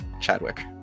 chadwick